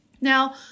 Now